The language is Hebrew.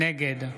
נגד